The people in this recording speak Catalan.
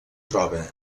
troba